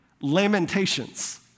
Lamentations